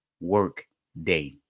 Workday